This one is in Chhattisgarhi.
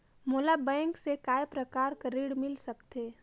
मोला बैंक से काय प्रकार कर ऋण मिल सकथे?